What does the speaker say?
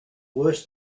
worse